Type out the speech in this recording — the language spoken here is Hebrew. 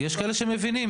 יש כאלה שמבינים.